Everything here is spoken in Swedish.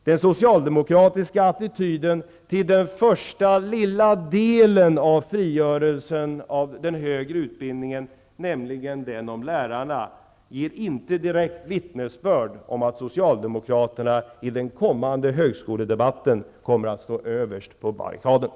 Den socialdemokratiska attityden till den första lilla delen av frigörelsen av den högre utbildningen, nämligen lärarutbildningen, ger inte direkt vittnesbörd om att socialdemokraterna i den kommande högskoledebatten kommer att stå överst på barrikaderna.